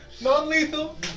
non-lethal